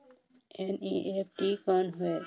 NEFT कौन होएल?